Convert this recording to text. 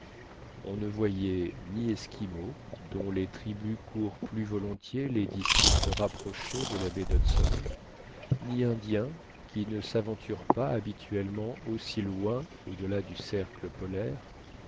on ne voyait ni esquimaux dont les tribus courent plus volontiers les districts rapprochés de la baie d'hudson ni indiens qui ne s'aventurent pas habituellement aussi loin au-delà du cercle polaire